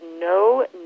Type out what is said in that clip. no